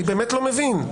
אני באמת לא מבין.